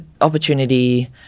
opportunity